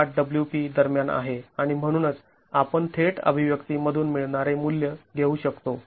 १८wp दरम्यान आहे आणि म्हणूनच आपण थेट अभिव्यक्ती मधून मिळणारे मूल्य घेऊ शकतो